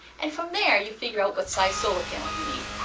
and from there you figure out what size solar panel you need.